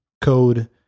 code